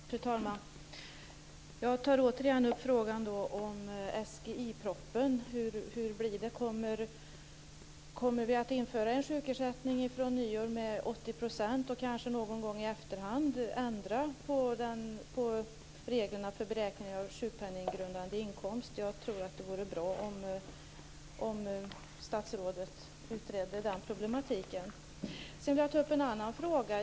Fru talman! Jag tar återigen upp frågan om SGI propositionen. Hur blir det? Kommer det att införas en ny sjukersättning från nyår med 80 % ersättningsnivå, och kommer reglerna för beräkning av sjukpenninggrundande inkomst att förändras i efterhand? Det vore bra om statsrådet kunde utreda det problemet.